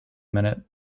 minute